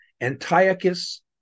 Antiochus